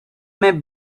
may